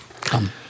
come